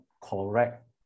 correct